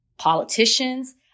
politicians